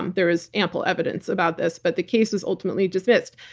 um there is ample evidence about this, but the case was ultimately dismissed.